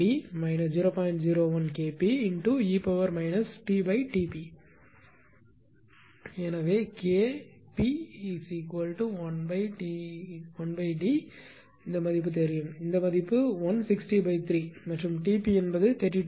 01Kpe tTp ஆனால் K p 1D க்கு சமம் இந்த மதிப்பு தெரியும் இந்த மதிப்பு 1603 மற்றும் T p 323